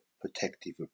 protective